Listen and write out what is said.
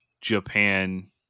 Japan